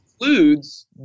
Includes